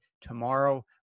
tomorrow